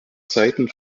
zeiten